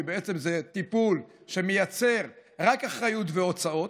כי בעצם זה טיפול שמייצר רק אחריות והוצאות,